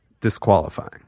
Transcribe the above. disqualifying